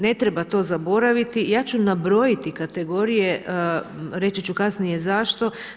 Ne treba to zaboraviti, ja ću nabrojiti kategorije, reći ću kasnije zašto.